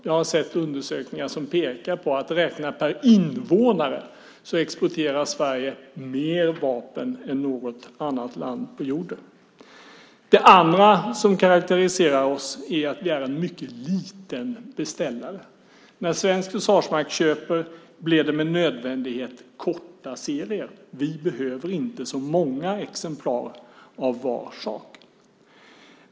Jag har sett undersökningar som pekar på att räknat per invånare exporterar Sverige mer vapen än något annat land på jorden. Det andra som karakteriserar oss är att vi är en mycket liten beställare. När svensk försvarsmakt köper blir det med nödvändighet korta serier. Vi behöver inte så många exemplar av var sak.